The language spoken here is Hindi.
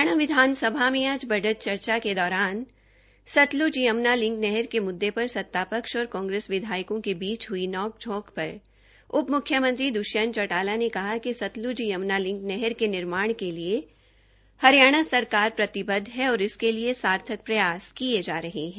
हरियाणा विधानसभा में आज बजट चर्चा के दौरान सतल्ज यम्ना लिंक नहर के मुद्दे पर सत्तापक्ष और कांग्रेस विधायकों के बीच हुई नौक झोंक पर उप म्ख्यमंत्री द्वष्यंत चौटाला ने कहा कि सतल्त यम्ना नहर के निर्माण के लिए हरियाणा सरकार प्रतिबद्ध है और इसके लिए सार्थक प्रयास किये जा रह है